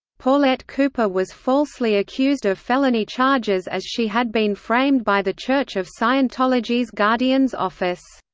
paulette cooper was falsely accused of felony charges as she had been framed by the church of scientology's guardian's office.